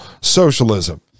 socialism